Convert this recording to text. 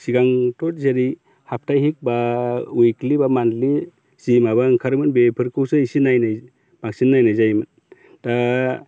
सिगांथ' जेरै हाप्ताहिक एबा उइकलि एबा मान्थलि जि माबा ओंखारोमोन बेफोरखौ एसे नायनाय बांसिन नायनाय जायोमोन दा